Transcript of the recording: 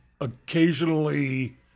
occasionally